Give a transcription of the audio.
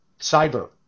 cyber